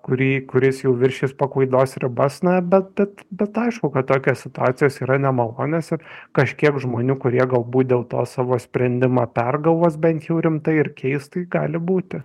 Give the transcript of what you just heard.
kurį kuris jau viršys paklaidos ribas na bet bet bet aišku kad tokios situacijos yra nemalonios ir kažkiek žmonių kurie galbūt dėl to savo sprendimą pergalvos bent jau rimtai ir keis tai gali būti